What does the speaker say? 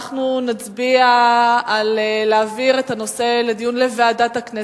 אנחנו נצביע אם להעביר את הנושא לוועדת הכנסת,